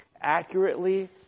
accurately